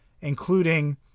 including